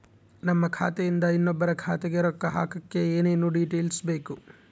ನಮ್ಮ ಖಾತೆಯಿಂದ ಇನ್ನೊಬ್ಬರ ಖಾತೆಗೆ ರೊಕ್ಕ ಹಾಕಕ್ಕೆ ಏನೇನು ಡೇಟೇಲ್ಸ್ ಬೇಕರಿ?